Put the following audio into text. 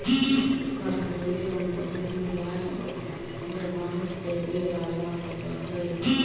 कश्मीरी ऊन बहुत मुलायम आउ गर्माहट देवे वाला होवऽ हइ